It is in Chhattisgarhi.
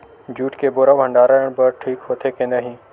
जूट के बोरा भंडारण बर ठीक होथे के नहीं?